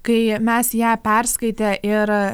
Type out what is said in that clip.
kai mes ją perskaitę ir